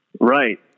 Right